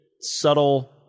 subtle